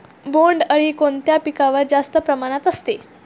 बोंडअळी कोणत्या पिकावर जास्त प्रमाणात असते?